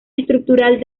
estructural